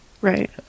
right